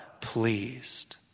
pleased